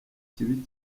kibi